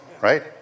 right